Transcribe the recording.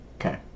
Okay